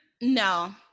No